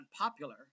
unpopular